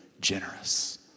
generous